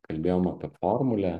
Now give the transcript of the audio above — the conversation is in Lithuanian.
kalbėjom apie formulę